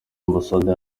ambasade